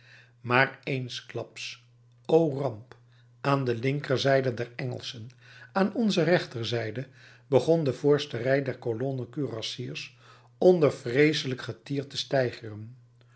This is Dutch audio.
maar eensklaps o ramp aan de linkerzijde der engelschen aan onze rechterzijde begon de voorste rij der colonne kurassiers onder vreeselijk getier te